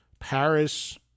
Paris